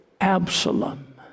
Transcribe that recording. Absalom